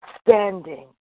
standing